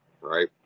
Right